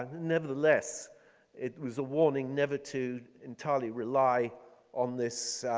and and nevertheless it was a warning never to entirely rely on this